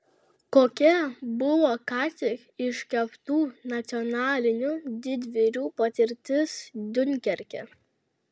kokia buvo ką tik iškeptų nacionalinių didvyrių patirtis diunkerke